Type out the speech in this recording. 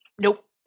Nope